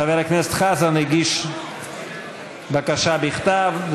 חבר הכנסת חזן הגיש בקשה בכתב,